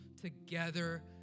together